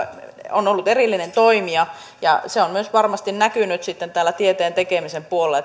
on ollut erillinen toimija ja se on myös varmasti näkynyt sitten tieteen tekemisen puolella